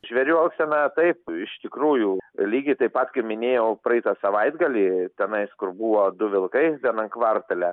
žvėrių elgsena taip iš tikrųjų lygiai taip pat kaip minėjau praeitą savaitgalį tenais kur buvo du vilkai vienam kvartale